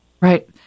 right